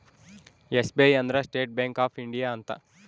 SBI ಅಂದ್ರ state bank of India ಅಂತ